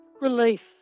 Relief